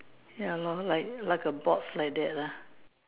ya lor like like a boat like that lah